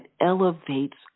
elevates